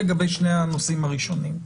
לגבי שני הנושאים הראשונים,